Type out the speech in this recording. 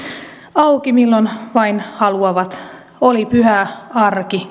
auki milloin vain haluavat oli pyhä arki